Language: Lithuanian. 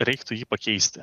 reiktų jį pakeisti